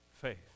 faith